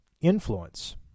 influence